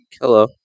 Hello